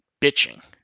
bitching